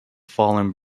fallen